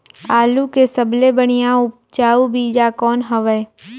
आलू के सबले बढ़िया उपजाऊ बीजा कौन हवय?